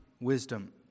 wisdom